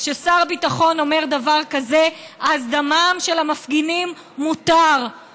כששר הביטחון אומר דבר כזה אז דמם של המפגינים מותר,